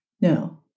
No